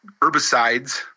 herbicides